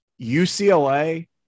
UCLA